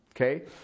Okay